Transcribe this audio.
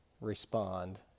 respond